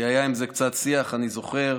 כי היה על זה קצת שיח, אני זוכר.